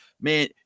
man